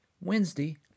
Wednesday